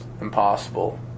impossible